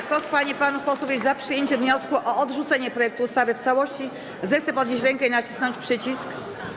Kto z pań i panów posłów jest za przyjęciem wniosku o odrzucenie projektu ustawy w całości, zechce podnieść rękę i nacisnąć przycisk.